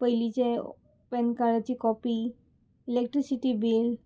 पयलींचे पॅन कार्डाची copy electricity bill